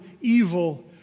evil